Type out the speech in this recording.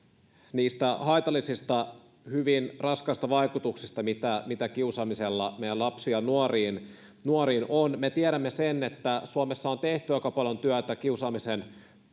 niistä haitallisista hyvin raskaista vaikutuksista mitä mitä kiusaamisella meidän lapsiin ja nuoriin nuoriin on me tiedämme että suomessa on tehty aika paljon työtä kiusaamisen